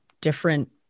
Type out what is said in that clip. different